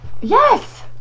Yes